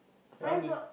that one th~